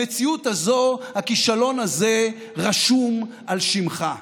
המציאות הזאת, הכישלון הזה רשומים על שמך.